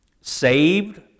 Saved